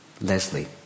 Leslie